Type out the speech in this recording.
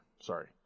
Sorry